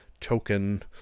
token